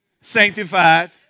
sanctified